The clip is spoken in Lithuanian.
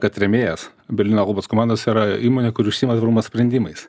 kad rėmėjas berlyno albos komandos yra įmonė kuri užsiima tvarumo sprendimais